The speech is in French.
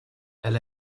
elle